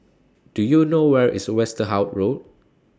Do YOU know Where IS Westerhout Road